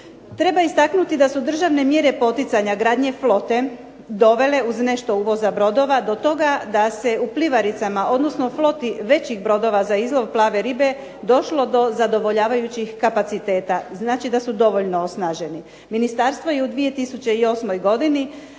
Treba istaknuti da su državne mjere poticanja građenja flote dovele uz nešto uvoza brodova do toga da se u plivaricama, odnosno u floti većih brodova za izlov plave ribe došlo do zadovoljavajućih kapaciteta. Znači da su dovoljno osnaženi. Ministarstvo je u 2008. godini